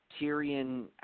Tyrion